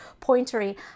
pointery